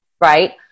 right